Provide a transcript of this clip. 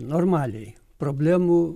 normaliai problemų